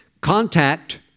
Contact